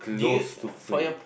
do you for your